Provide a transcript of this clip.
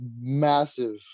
massive